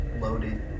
loaded